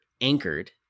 anchored